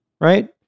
right